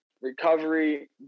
recovery